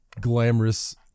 glamorous